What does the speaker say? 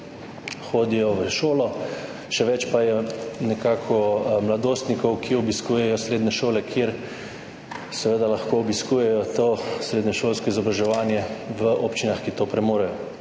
hodijo v šolo, še več pa je mladostnikov, ki obiskujejo srednje šole, kjer lahko obiskujejo srednješolsko izobraževanje v občinah, ki to premorejo.